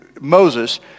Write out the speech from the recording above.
Moses